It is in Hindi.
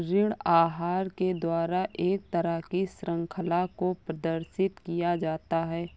ऋण आहार के द्वारा एक तरह की शृंखला को प्रदर्शित किया जाता है